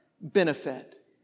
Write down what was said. Benefit